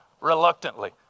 Reluctantly